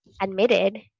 admitted